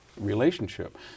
Relationship